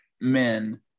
men